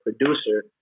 producer